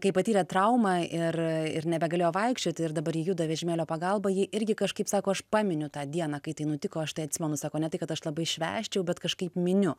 kai patyrė traumą ir ir nebegalėjo vaikščioti ir dabar ji juda vežimėlio pagalba ji irgi kažkaip sako aš paminiu tą dieną kai tai nutiko aš tai atsimenu sako ne tik kad aš labai švęsčiau bet kažkaip miniu